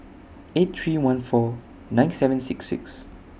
eight three one four nine seven six six